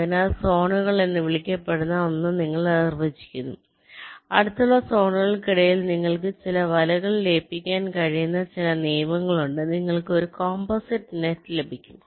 അതിനാൽ സോണുകൾ എന്ന് വിളിക്കപ്പെടുന്ന ഒന്ന് നിങ്ങൾ നിർവ്വചിക്കുന്നു അടുത്തുള്ള സോണുകൾക്കിടയിൽ നിങ്ങൾക്ക് ചില വലകൾ ലയിപ്പിക്കാൻ കഴിയുന്ന ചില നിയമങ്ങളുണ്ട് നിങ്ങൾക്ക് ഒരു കോമ്പോസിറ്റ് നെറ്റ് ലഭിക്കും